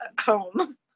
home